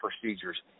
procedures